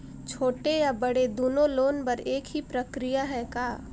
छोटे या बड़े दुनो लोन बर एक ही प्रक्रिया है का?